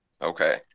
Okay